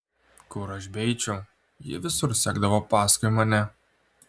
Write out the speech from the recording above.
kur aš beeičiau ji visur sekdavo paskui mane